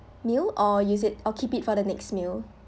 meal or use it or keep it for the next meal